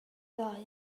ddau